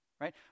right